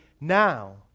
now